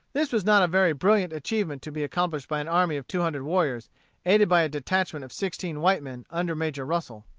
this was not a very brilliant achievement to be accomplished by an army of two hundred warriors aided by a detachment of sixteen white men under major russel.